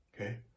okay